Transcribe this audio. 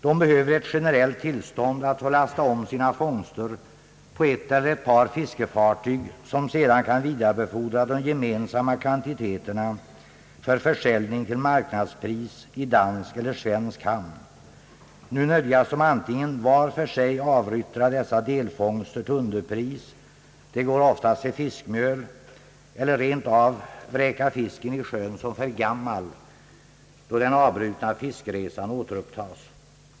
De behöver ett generellt tillstånd att få lasta om sina fångster på ett eller ett par fiskefartyg, som sedan kan vidarebefordra de gemensamma kvantiteterna för försäljning till marknadspris i dansk eller svensk hamn. Nu nödgas de antingen var för sig avyttra dessa delfångster till underpris — oftast till fiskmjöl — eller rentav vräka fisken i sjön som för gammal, då den avbrutna fiskresan återupptages.